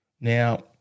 Now